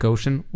Ocean